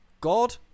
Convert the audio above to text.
God